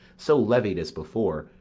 so levied as before,